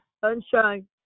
Sunshine